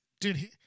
Dude